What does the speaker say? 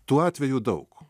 tų atvejų daug